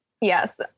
Yes